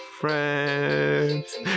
friends